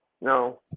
No